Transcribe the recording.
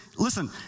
Listen